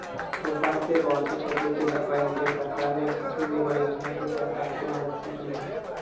तूफान से पहुंची क्षति की भरपाई मुझे सरकार ने फसल बीमा योजना के तहत आर्थिक मदद से की है